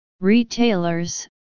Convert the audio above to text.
Retailers